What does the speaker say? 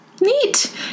Neat